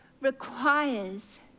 requires